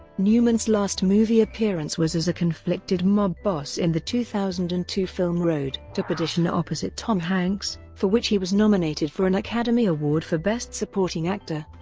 newman's last movie appearance was as a conflicted mob boss in the two thousand and two film road to perdition opposite tom hanks, for which he was nominated for an academy award for best supporting actor.